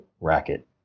racket